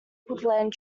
woodland